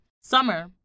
Summer